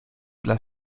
dla